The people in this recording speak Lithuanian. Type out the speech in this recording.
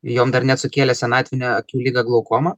jom dar net sukėlė senatvinę akių ligą glaukomą